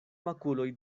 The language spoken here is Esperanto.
makuloj